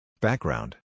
Background